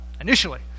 initially